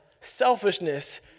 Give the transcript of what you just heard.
selfishness